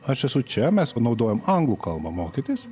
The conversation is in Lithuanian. aš esu čia mes panaudojam anglų kalbą mokytis